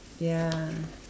ya